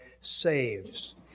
saves